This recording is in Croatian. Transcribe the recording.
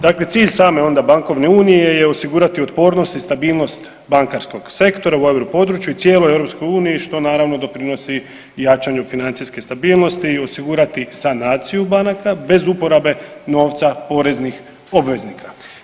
Dakle, cilj same onda bankovne unije je osigurati otpornost i stabilnost bankarskog sektora u europodručju i cijeloj Europskoj uniji, što naravno doprinosi jačanju financijske stabilnosti i osigurati sanaciju banaka bez uporabe novca poreznih obveznika.